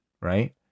right